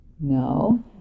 No